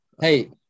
hey